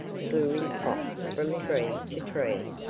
flew in flocks from tree to tree,